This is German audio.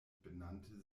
benannte